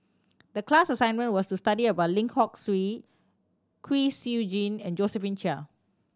the class assignment was to study about Lim Hock Siew Kwek Siew Jin and Josephine Chia